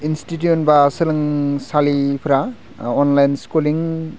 institute बा सोलोंसालिफोरा online स्कुलिं